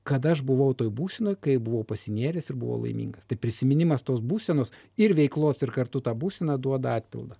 kad aš buvau toj būsenoj kai buvau pasinėręs ir buvau laimingas tai prisiminimas tos būsenos ir veiklos ir kartu ta būsena duoda atpildą